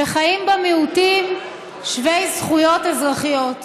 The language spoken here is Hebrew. וחיים בה מיעוטים שווי זכויות אזרחיות.